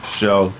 show